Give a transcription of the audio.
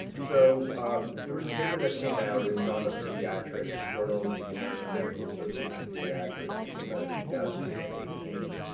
so there's a paper that came out in jama pediatrics journal of the american medical association pediatrics it came out in two thousand and eighteen.